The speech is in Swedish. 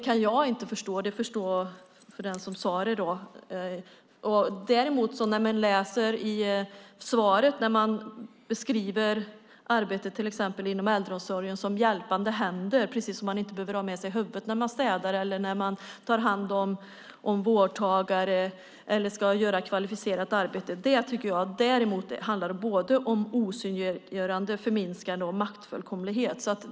Jag kan inte förstå det. Det får stå för den som sade det. I interpellationssvaret beskrivs arbetet inom äldreomsorgen som hjälpande händer, precis som om man inte behöver ha med sig huvudet när man städar, tar hand om vårdtagare eller ska göra ett kvalificerat arbete. Det handlar om osynliggörande, förminskande och maktfullkomlighet.